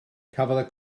cafodd